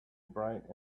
bright